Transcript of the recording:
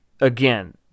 again